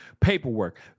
paperwork